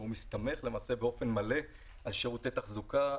הוא מסתמך באופן מלא על שירותי תחזוקה,